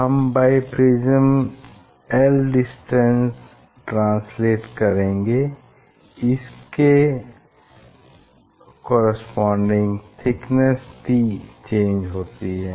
हम biprism l distance translate करेंगे उसके कॉरेस्पोंडिंग थिकनेस t चेंज होती है